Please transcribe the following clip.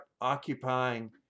occupying